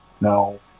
No